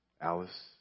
Alice